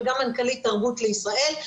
וגם מנכ"לית תרבות לישראל,